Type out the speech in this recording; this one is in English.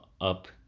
up